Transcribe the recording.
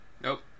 Nope